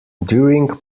during